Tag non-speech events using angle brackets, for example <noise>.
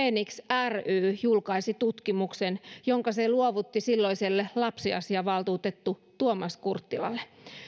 <unintelligible> fenix helsinki ry julkaisi tutkimuksen jonka se luovutti silloiselle lapsiasiavaltuutettu tuomas kurttilalle